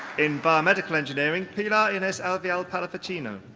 in biomedical engineering, pilar ines alvial palavicino.